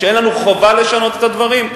שאין לנו חובה לשנות את הדברים?